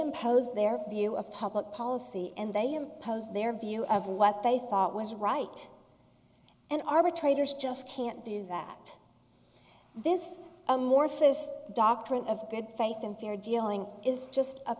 impose their view of public policy and they impose their view of what they thought was right an arbitrator's just can't do that this amorphous doctrine of good thank them fair dealing is just a